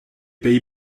pays